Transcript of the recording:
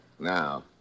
Now